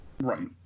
right